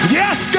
yes